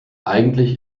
eigentlich